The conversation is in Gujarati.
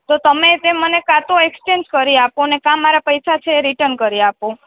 તો તમે તે મને કાં તો એક્સ્ચેંજ કરી આપો કાં મારા પૈસા છે એ રિટર્ન કરી આપો